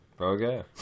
Okay